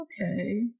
Okay